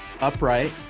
upright